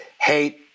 hate